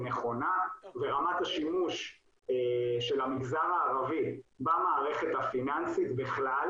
נכונה ורמת השימוש של המגזר הערבי במערכת הפיננסית בכלל